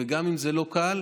גם אם זה לא קל,